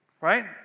Right